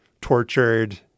tortured